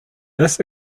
this